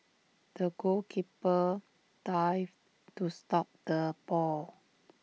the goalkeeper dived to stop the ball